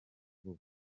vuba